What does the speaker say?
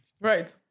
Right